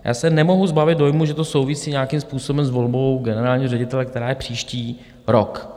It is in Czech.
Já se nemohu zbavit dojmu, že to souvisí nějakým způsobem s volbou generálního ředitele, která je příští rok.